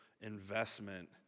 investment